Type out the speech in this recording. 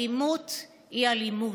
אלימות היא אלימות.